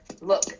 look